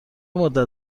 مدت